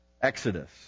Exodus